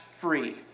free